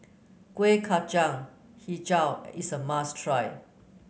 Kueh Kacang hijau is a must try